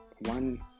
one